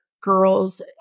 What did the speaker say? girls